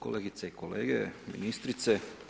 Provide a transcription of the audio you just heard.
Kolegice i kolege, ministrice.